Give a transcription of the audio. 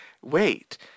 Wait